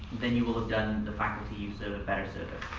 then you will have done the faculty you serve a better service.